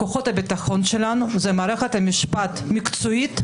כוחות הביטחון שלנו היא מערכת משפט מקצועית,